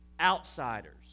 outsiders